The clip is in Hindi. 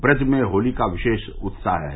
ब्रज में होली का विशेष उत्साह है